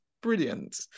brilliant